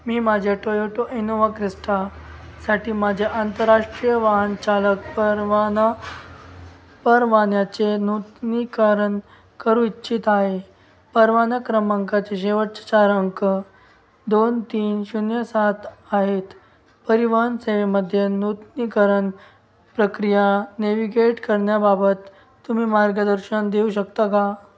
मी माझ्या Toyota Innova Crysta साठी माझ्या आंतरराष्ट्रीय वाहनचालक परवाना परवान्याचे नूतनीकरण करू इच्छित आहे परवाना क्रमांकाचे शेवटचे चार अंक दोन तीन शून्य सात आहेत परिवहन सेवेमध्ये नूतनीकरण प्रक्रिया नेविगेट करण्याबाबत तुम्ही मार्गदर्शन देऊ शकता का